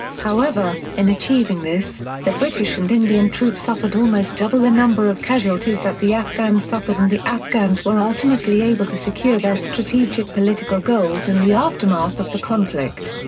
however, in achieving this, the british and indian troops suffered almost double the number of casualties that the afghans suffered and the afghans were ultimately able to secure their strategic political goals in the aftermath of the conflict.